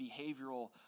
behavioral